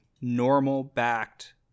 normal-backed